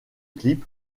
clip